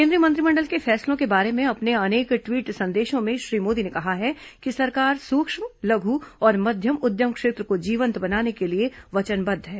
केंद्रीय मंत्रिमंडल के फैसलों के बारे में अपने अनेक ट्वीट संदेशों में श्री मोदी ने कहा है कि सरकार सूक्ष्म लघु और मध्यम उद्यम क्षेत्र को जीवंत बनाने के लिए वचनबद्ध है